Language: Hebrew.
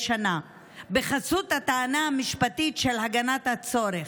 שנה בחסות הטענה המשפטית של הגנת הצורך,